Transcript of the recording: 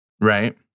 right